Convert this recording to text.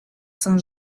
saint